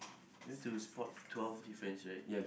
you have to spot twelve difference right